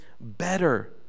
better